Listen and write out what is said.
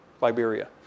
Liberia